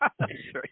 Sorry